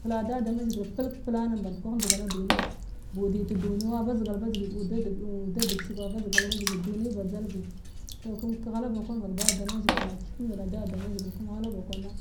Pula da da mazhigil pilg pula nen band kwah njdigana duniy budi tachini wa badgzal badzg uda deg uda degshig wa badzgal badzi duni badzal badzgi ghala ba kwan vak da da mazhigil ma keth kamndana da da mazhigil kamghal ba kwan